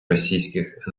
російських